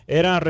era